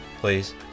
please